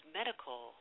medical